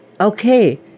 okay